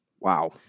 Wow